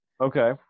Okay